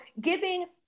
giving